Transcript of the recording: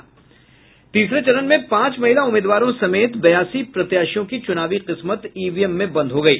तीसरे चरण में पांच महिला उम्मीदवारों समेत बयासी प्रत्याशियों की चूनावी किस्मत ईवीएम में बंद हो गयी